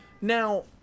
now